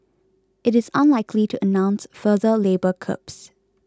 it is unlikely to announce further labour curbs